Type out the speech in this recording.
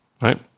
right